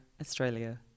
Australia